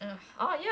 ya